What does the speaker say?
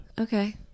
Okay